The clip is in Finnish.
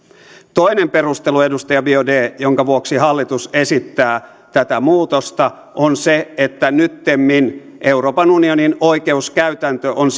toinen perustelu edustaja biaudet jonka vuoksi hallitus esittää tätä muutosta on se että nyttemmin euroopan unionin oikeuskäytäntö on